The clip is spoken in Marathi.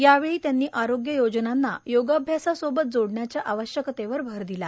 यावेळी त्यांनी आरोग्य योजनांना योगसोबत जोडण्याच्या आवश्यकतेवर भर दिला